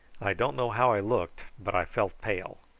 i don't know how i looked, but i felt pale,